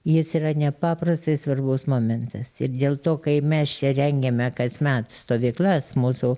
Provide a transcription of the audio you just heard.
jis yra nepaprastai svarbus momentas ir dėl to kai mes čia rengiame kasmet stovyklas mūsų